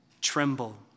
tremble